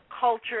culture